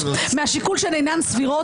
מהשיקול שהיא אינה סבירה,